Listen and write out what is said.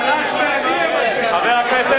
צל"ש מהנייה מגיע לה.